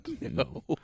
No